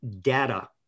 data